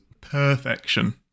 perfection